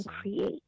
create